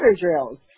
drills